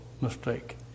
mistake